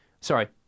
Sorry